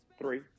Three